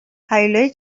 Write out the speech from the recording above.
هیولایی